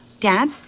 Dad